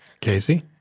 Casey